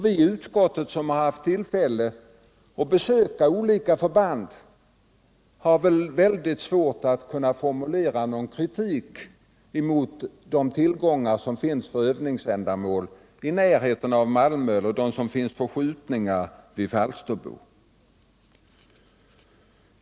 Vi i utskottet som haft tillfälle att besöka olika förband har mycket svårt att formulera någon kritik mot tillgången på mark för övningsändamål i närheten av Malmö eller för skjutningar i Falsterbo.